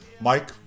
Mike